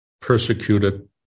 persecuted